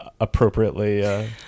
appropriately